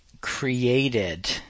created